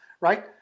right